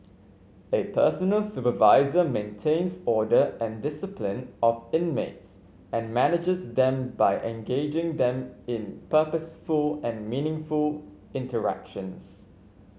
a personal supervisor maintains order and discipline of inmates and manages them by engaging them in purposeful and meaningful interactions